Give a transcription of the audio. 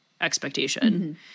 expectation